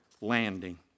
landing